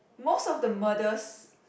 most of the murders